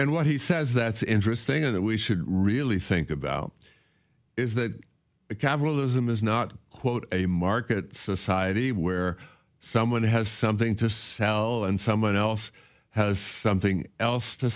and what he says that's interesting that we should really think about is that capitalism is not quote a market society where someone has something to sell and someone else has something else to